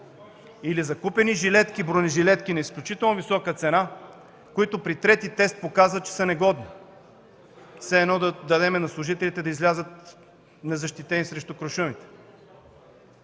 Или закупени бронежилетки на изключително висока цена, които при трети тест показват, че са негодни. Все едно да дадем на служителите да излязат незащитени срещу куршумите.